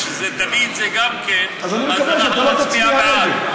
כשתביא גם את זה, אנחנו נצביע בעד.